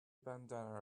bandanna